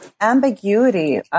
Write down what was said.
ambiguity